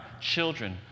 children